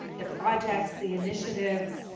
the projects, the initiatives,